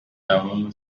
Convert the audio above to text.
towel